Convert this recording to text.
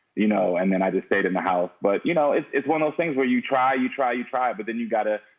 you know, and then i just stayed in the house. but you know, it's it's one of those things where you try, you try, you try, but then you gotta,